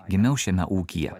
gimiau šiame ūkyje